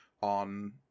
on